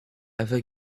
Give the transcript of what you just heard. ever